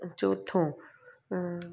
चोथों